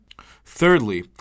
Thirdly